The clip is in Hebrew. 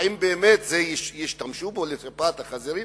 האם באמת ישתמשו בהם לשפעת החזירים?